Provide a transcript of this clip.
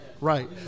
right